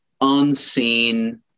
unseen